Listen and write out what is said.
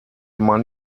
man